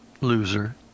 Loser